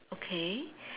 okay